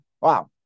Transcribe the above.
Wow